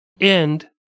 End